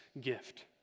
gift